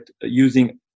using